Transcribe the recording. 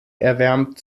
erwärmt